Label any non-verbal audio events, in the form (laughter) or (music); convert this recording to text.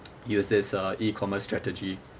(noise) use this uh E_commerce strategy